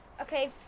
Okay